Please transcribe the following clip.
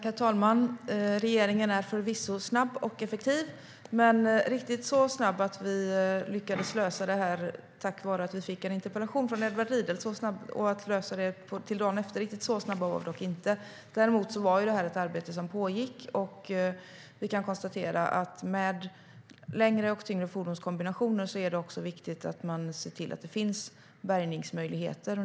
Herr talman! Regeringen är förvisso snabb och effektiv. Men vi var inte riktigt så snabba att vi lyckades lösa det här till dagen efter tack vare att vi fick en interpellation från Edward Riedl. Däremot var det här ett arbete som pågick. Vi kan konstatera att det med längre och tyngre fordonskombinationer är viktigt att man ser till att det finns bärgningsmöjligheter.